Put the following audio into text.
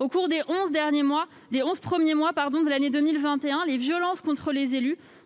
au cours des onze premiers mois de l'année 2021, les violences contre les élus